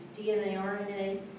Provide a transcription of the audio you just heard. DNA-RNA